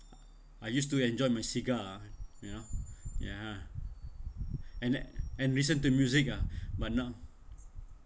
I used to enjoy my cigar ah you know ya and then and listen to music ah but now